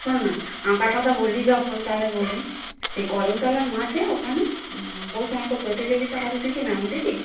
শোন না আঁকার কতা বললি যখন তালে বলি সেই কদমতলার মাঠে ওখানে বসে আঁকো প্রতিযোগিতা হবে তুই কি নাম দিবি